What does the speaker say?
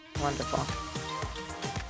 Wonderful